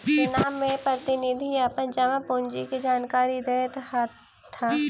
चुनाव में प्रतिनिधि अपन जमा पूंजी के जानकारी दैत छैथ